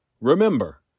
Remember